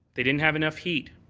they didn't have enough heat.